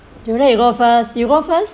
juliet you go first you go first